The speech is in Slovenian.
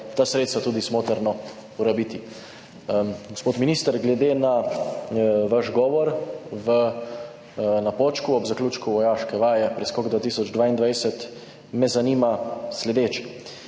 ta sredstva tudi smotrno porabiti.« Gospod minister, glede na vaš govor na Počku ob zaključku vojaške vaje Preskok 2022, me zanima sledeče.